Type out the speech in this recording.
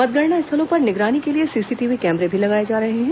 मतगणना स्थलों पर निगरानी के लिए सीसीटीवी कैमरे भी लगाए जा रहे हैं